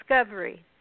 discovery